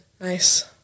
Nice